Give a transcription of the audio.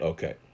Okay